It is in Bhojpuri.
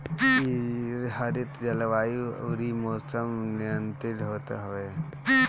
हरितगृह जलवायु अउरी मौसम नियंत्रित होत हवे